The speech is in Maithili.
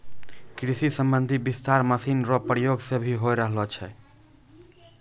कृषि संबंधी विस्तार मशीन रो प्रयोग से भी होय रहलो छै